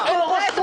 תתבייש לך.